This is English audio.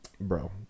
bro